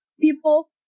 people